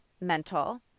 mental